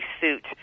suit